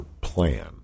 plan